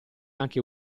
anche